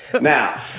now